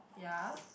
ya